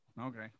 okay